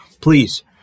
please